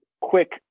quick